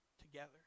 together